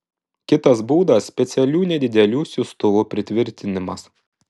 kitas būdas specialių nedidelių siųstuvų pritvirtinimas